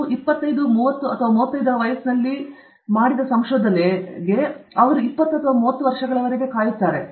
ನೀವು 25 30 ಅಥವಾ 35 ರ ವಯಸ್ಸಿನಲ್ಲಿ ಕಾಣಿಸಿಕೊಂಡಿದ್ದರಿಂದ ಅವರು 20 ಅಥವಾ 30 ವರ್ಷಗಳವರೆಗೆ ಕಾಯುತ್ತಿದ್ದಾರೆ